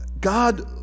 God